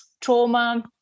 trauma